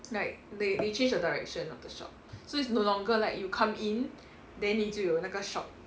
like they they change the direction of the shop so it's no longer like you come in then 你就有那个 shop